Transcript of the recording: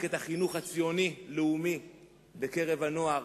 את החינוך הציוני הלאומי בקרב הנוער,